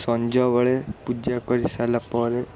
ସଞ୍ଜବେଳେ ପୂଜା କରିସାଇଲା ପରେ